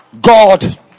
God